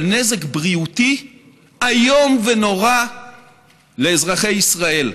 אבל נזק בריאותי איום ונורא לאזרחי ישראל.